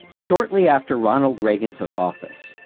shortly after ronald reagan took office,